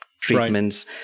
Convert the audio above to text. treatments